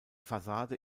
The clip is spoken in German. fassade